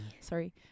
Sorry